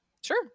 sure